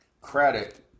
credit